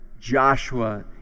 Joshua